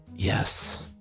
Yes